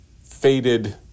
faded